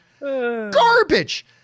Garbage